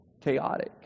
chaotic